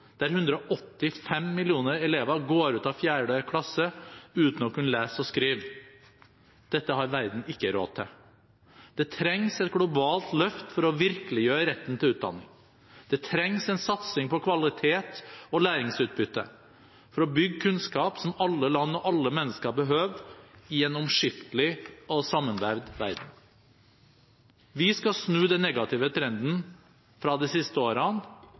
der 185 millioner elever går ut av fjerde klasse uten å kunne lese og skrive. Dette har verden ikke råd til. Det trengs et globalt løft for å virkeliggjøre retten til utdanning, det trengs en satsing på kvalitet og læringsutbytte for å bygge kunnskap som alle land og alle mennesker behøver i en gjennomskiftelig og sammenvevd verden. Vi skal snu den negative trenden fra de siste årene